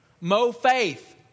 Mo-faith